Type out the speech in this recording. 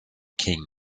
king